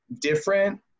different